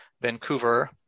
Vancouver